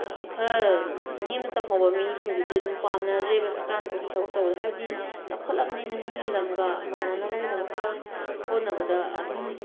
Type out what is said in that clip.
ꯈꯔ ꯅꯦꯝꯅ ꯇꯝꯍꯧꯕ ꯃꯤꯁꯤꯡꯗꯨꯗꯤ ꯑꯗꯨꯝ ꯄꯥꯝꯅꯗ꯭ꯔꯦꯕ ꯁ꯭ꯔꯀꯥꯔꯅ ꯀꯔꯤꯝꯁꯨ ꯊꯕꯛ ꯇꯧꯕꯗ ꯍꯥꯏꯕꯗꯤ ꯆꯥꯎꯈꯠꯂꯕꯅꯤꯅ ꯃꯤꯒꯤ ꯂꯝꯒ ꯃꯥꯟꯅꯅꯕꯒꯤꯗꯃꯛꯇ ꯍꯣꯠꯅꯕꯗ ꯑꯗꯨꯝ